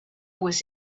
was